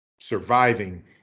surviving